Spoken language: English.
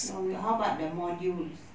no you how about the modules